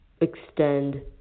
extend